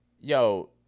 yo